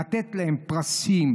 לתת להם פרסים,